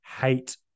hate